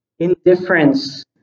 Indifference